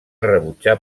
rebutjar